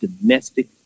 domestic